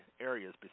areas